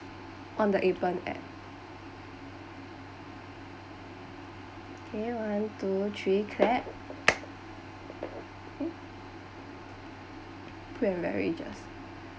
on the appen app okay one two three clap food and beverages